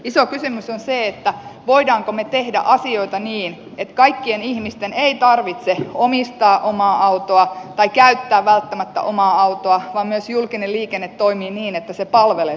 iso kysymys on se voimmeko me tehdä asioita niin että kaikkien ihmisten ei tarvitse omistaa omaa autoa tai käyttää välttämättä omaa autoa vaan myös julkinen liikenne toimii niin että se palvelee suomalaisia kansalaisia